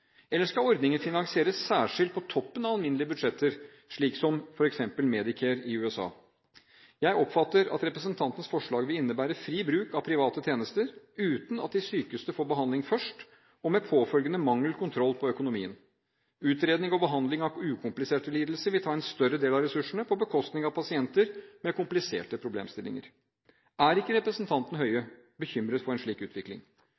Eller skal ordningen finansieres særskilt på toppen av alminnelige budsjetter, slik som f.eks. Medicare i USA? Jeg oppfatter at representantens forslag vil innebære fri bruk av private tjenester, uten at de sykeste får behandling først, og med påfølgende mangel på kontroll på økonomien. Utredning og behandling av ukompliserte lidelser vil ta en større del av ressursene på bekostning av pasienter med kompliserte problemstillinger. Er ikke representanten Høie bekymret for en slik utvikling?